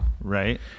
Right